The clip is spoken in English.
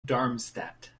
darmstadt